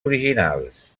originals